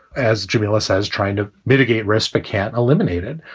as jamila says, trying to mitigate risk piquet eliminated,